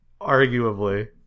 Arguably